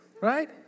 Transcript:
right